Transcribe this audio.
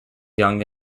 young